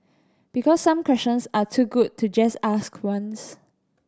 because some questions are too good to just ask once